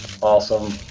Awesome